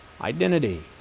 identity